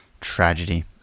Tragedy